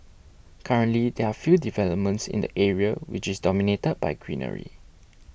currently there are few developments in the area which is dominated by greenery